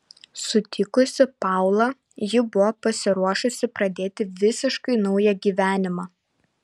sutikusi paulą ji buvo pasiruošusi pradėti visiškai naują gyvenimą